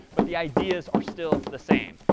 but the ideas are still the same.